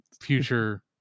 future